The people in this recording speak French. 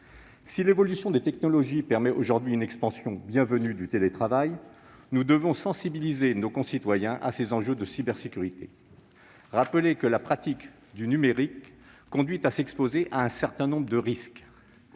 Si l'évolution des technologies permet aujourd'hui une expansion bienvenue du télétravail, nous devons sensibiliser nos concitoyens à ces enjeux de cybersécurité et rappeler que la pratique du numérique conduit à s'exposer à un certain nombre de risques.